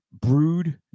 Brood